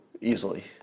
easily